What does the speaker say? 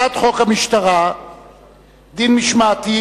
הצעת חוק המשטרה (דין משמעתי,